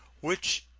which,